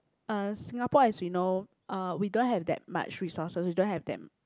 uh Singapore as we know uh we don't have that much resources we don't have that